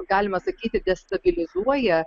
galima sakyti destabilizuoja